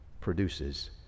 produces